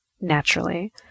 naturally